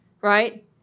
Right